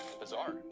bizarre